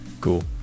cool